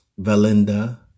Valinda